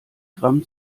gramm